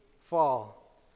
fall